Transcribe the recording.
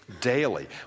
daily